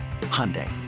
Hyundai